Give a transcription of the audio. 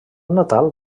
natal